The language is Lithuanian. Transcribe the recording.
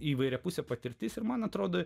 įvairiapusė patirtis ir man atrodo